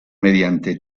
mediante